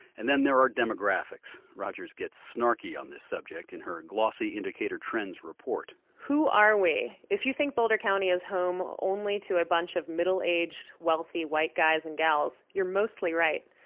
and then there are demographics. rogers gets snarky on this subject in her glossy indicator trends report who are we? if you think boulder county is home only to a bunch of middle-aged wealthy white guys and gals, you're mostly right.